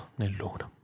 nell'uno